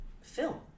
film